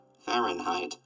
Fahrenheit